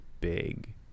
big